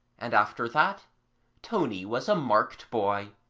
and after that tony was a marked boy.